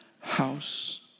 house